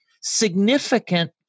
significant